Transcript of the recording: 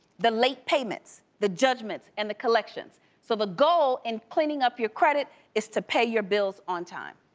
the late payments, the judgements, and the collections. so the goal in cleaning up your credit is to pay your bills on time.